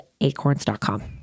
acorns.com